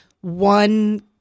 one